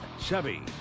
Chevy